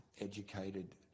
educated